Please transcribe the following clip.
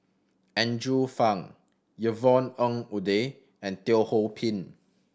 Andrew Phang Yvonne Ng Uhde and Teo Ho Pin